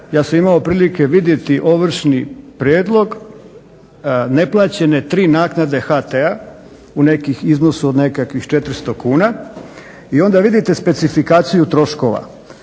Ja sam imao prilike vidjeti ovršni prijedlog neplaćene tri naknade HT-a u iznosu od nekakvih 400 kuna i onda vidite specifikaciju troškova.